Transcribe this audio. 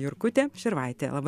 jurkutė širvaitė laba